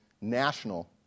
national